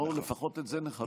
בואו לפחות את זה נכבד.